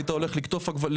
היית הולך לשתול עגבניות?